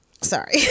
sorry